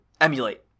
emulate